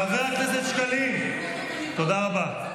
חבר הכנסת שקלים, תודה רבה.